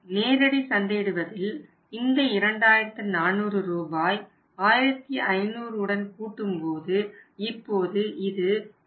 எனவே நேரடி சந்தையிடுவதில் இந்த 2400 ரூபாய் 1500 உடன் கூட்டும்போது இப்போது இது 3900 ஆகிறது